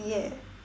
ya